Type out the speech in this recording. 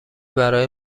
برای